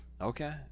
Okay